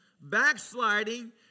backsliding